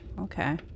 Okay